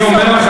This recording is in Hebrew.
אני אומר לך,